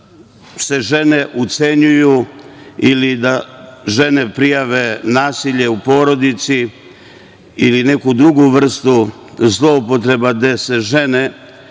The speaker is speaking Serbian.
da se žene ucenjuju ili da žene prijave nasilje u porodici ili neku drugu vrstu zloupotreba gde se žene